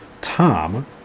Tom